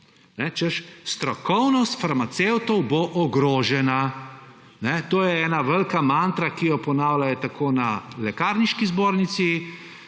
Češ, strokovnost farmacevtov bo ogrožena. To je ena velika mantra, ki jo ponavljajo na Lekarniški zbornici,